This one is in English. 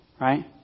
Right